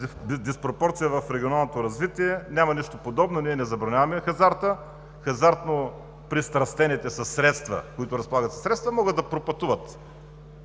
диспропорция в регионалното развитие, няма нищо подобно. Ние не забраняваме хазарта. Хазартно пристрастените, които разполагат със средства, могат да пропътуват